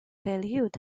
valued